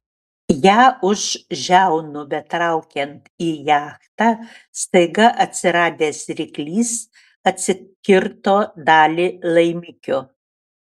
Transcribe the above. ją už žiaunų betraukiant į jachtą staiga atsiradęs ryklys atsikirto dalį laimikio